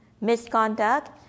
misconduct